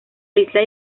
isla